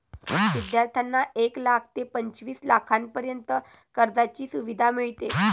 विद्यार्थ्यांना एक लाख ते पंचवीस लाखांपर्यंत कर्जाची सुविधा मिळते